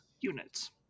units